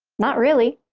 not really.